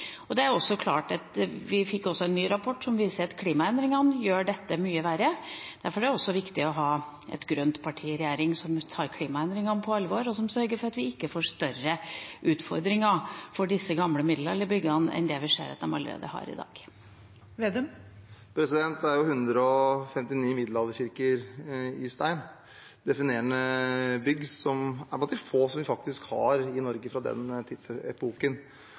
Vi fikk også en ny rapport som viser at klimaendringene gjør dette mye verre. Derfor er det viktig å ha et grønt parti i regjering som tar klimaendringene på alvor, og som sørger for at vi ikke får større utfordringer med disse gamle middelalderbyggene enn det vi ser at vi allerede har i dag. Det er jo 159 middelalderkirker i stein, definerende bygg som er blant de få som vi faktisk har i Norge fra den tidsepoken.